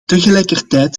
tegelijkertijd